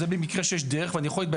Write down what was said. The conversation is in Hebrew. זה במקרה שיש דרך ואני יכול.